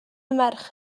merch